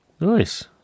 Nice